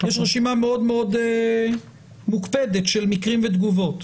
יש רשימה מאוד מאוד מוקפדת של מקרים ותגובות.